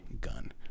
Gun